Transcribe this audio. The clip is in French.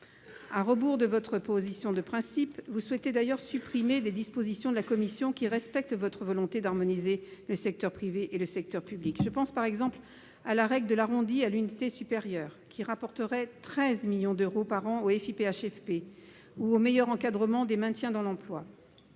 À rebours de votre position de principe, vous souhaitez d'ailleurs supprimer des dispositions de la commission qui respectent votre volonté d'harmoniser le secteur privé et le secteur public. Je pense, par exemple, à la règle de l'arrondi à l'unité supérieure, qui rapporterait 13 millions d'euros par an au FIPHFP, ou au meilleur encadrement des maintiens dans l'emploi.